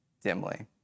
dimly